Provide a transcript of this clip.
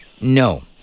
no